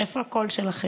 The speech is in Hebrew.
איפה הקול שלכם?